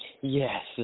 Yes